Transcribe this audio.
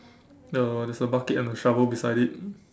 no there is a bucket and a shovel beside it